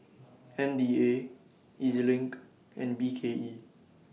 M D A Ez LINK and B K E